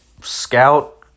scout